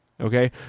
Okay